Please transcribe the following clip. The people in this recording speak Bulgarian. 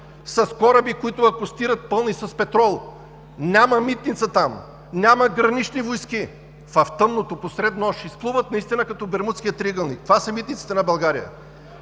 с кораби, които акостират, пълни с петрол. Няма „Митници“ там, няма „Гранични войски“, изплуват в тъмното, посред нощ, наистина като в Бермудския триъгълник. Това са митниците на България.